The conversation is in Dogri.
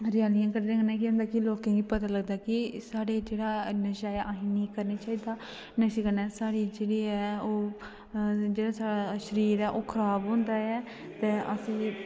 रैलियां कड्ढने कन्नै केह् होंदा कि लोकें गी पता लगदा कि साढ़े जेह्ड़ा नशा ऐ अहेंगी नेईं करना चाहिदा नशे कन्नै साढ़ी जेह्ड़ी ऐ ओह् जेह्ड़ा साढ़ा शरीर ऐ ओह् खराब होंदा ऐ ते अस